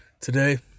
today